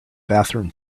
bathroom